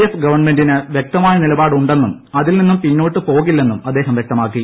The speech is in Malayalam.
എഫ് ഗവൺമെന്റിന് വ്യക്തമായ നിലപാട് ഉണ്ടെന്നും അതിൽ നിന്നും പിന്നോട്ട് പോകില്ലെന്നും അദ്ദേഹം വ്യക്തമാക്കി